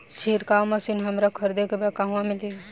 छिरकाव मशिन हमरा खरीदे के बा कहवा मिली?